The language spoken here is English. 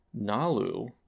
Nalu